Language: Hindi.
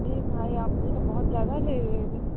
ए भाई आपके तो बहुत ज़्यादा ले रहे हैं